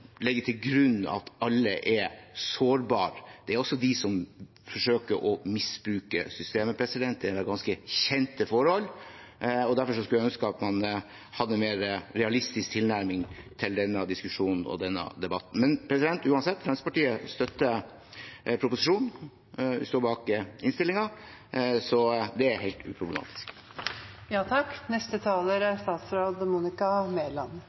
til grunn at alle er sårbare. Det er også de som forsøker å misbruke systemet. Det er noen ganske kjente forhold. Derfor skulle jeg ønske man hadde en mer realistisk tilnærming til denne diskusjonen og debatten. Uansett: Fremskrittspartiet støtter proposisjonen og står bak innstillingen, så det er helt uproblematisk.